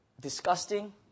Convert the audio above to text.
disgusting